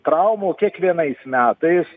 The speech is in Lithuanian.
traumų kiekvienais metais